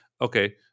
okay